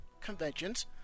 conventions